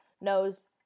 knows